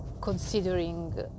considering